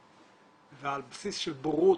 ועל בסיס של בורות,